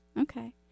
Okay